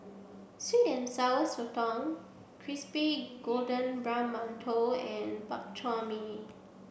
Sweet and Sour Sotong Crispy Golden Brown Mantou and Bak Chor Mee